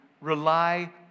rely